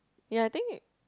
ya I think